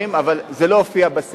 כולם ידעו שהם נכים,